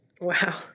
Wow